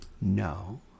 No